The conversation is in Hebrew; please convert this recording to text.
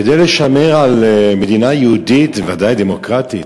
כדי לשמר מדינה יהודית ובוודאי דמוקרטית,